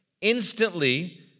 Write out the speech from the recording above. instantly